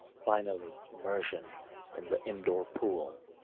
finally, immmersion in the indoor pool,